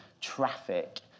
traffic